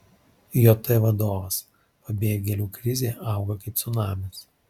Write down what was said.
jt vadovas pabėgėlių krizė auga kaip cunamis